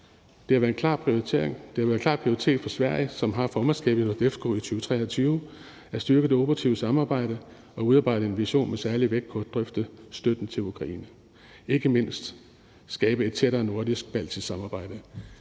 Det har været en klar prioritet for Sverige, som har formandskabet i NORDEFCO i 2023, at styrke det operative samarbejde og udarbejde en vision med særlig vægt på at drøfte støtten til Ukraine og ikke mindst at skabe et tættere nordisk-baltisk samarbejde.